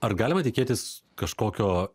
ar galima tikėtis kažkokio